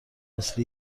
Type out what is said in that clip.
مثل